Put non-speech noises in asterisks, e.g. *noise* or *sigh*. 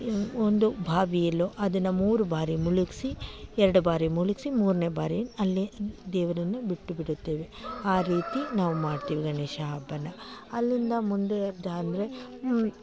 ಒಂದು ಬಾವಿಯಲ್ಲೋ ಅದನ್ನು ಮೂರು ಬಾರಿ ಮುಳುಗಿಸಿ ಎರಡು ಬಾರಿ ಮುಳುಗಿಸಿ ಮೂರನೇ ಬಾರಿ ಅಲ್ಲೆ ದೇವರನ್ನು ಬಿಟ್ಟು ಬಿಡುತ್ತೇವೆ ಆ ರೀತಿ ನಾವು ಮಾಡ್ತೀವಿ ಗಣೇಶ ಹಬ್ಬಾನ ಅಲ್ಲಿಂದ ಮುಂದೆ *unintelligible* ಹ್ಞೂ